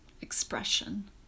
expression